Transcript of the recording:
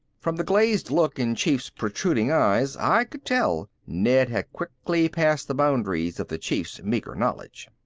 from the glazed look in chief's protruding eyes i could tell ned had quickly passed the boundaries of the chief's meager knowledge.